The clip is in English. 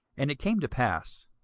and it came to pass,